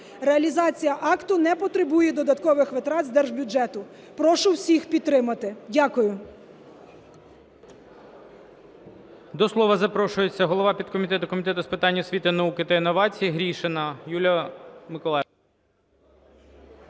Реалізація акту не потребує додаткових витрат з держбюджету. Прошу всіх підтримати. Дякую.